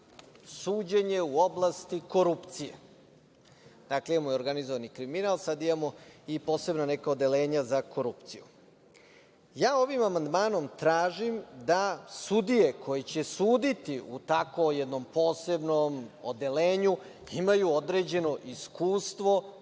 suđenje u oblasti korupcije. Dakle, imamo organizovani kriminal, a sada imamo i neka posebna odeljenja za korupciju. Ovim amandmanom tražim da sudije koje će suditi u takvom jednom posebnom odeljenju imaju određeno iskustvo